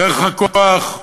דרך הכוח,